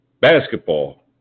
basketball